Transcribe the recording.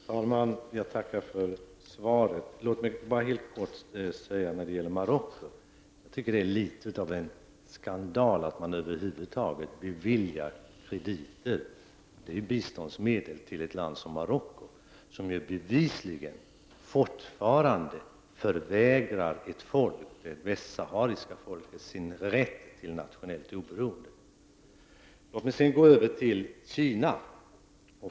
Herr talman! Jag tackar för svaret. Låt mig helt kort säga när det gäller Marocko att jag tycker att det är litet av en skandal att vi över huvud taget beviljar krediter, biståndsmedel, till ett land som Marocko, som bevisligen fortfarande förvägrar ett folk, det västsahariska folket, dess rätt till nationellt oberoende. Så går jag över till Kina.